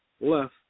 left